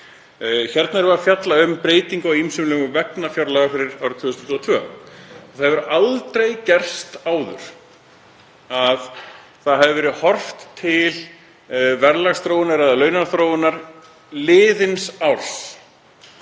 Hér erum við að fjalla um breytingu á ýmsum lögum vegna fjárlaga fyrir árið 2022 og það hefur aldrei gerst áður að horft hafi verið til verðlagsþróunar eða launaþróunar liðins árs